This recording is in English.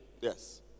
Yes